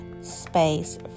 space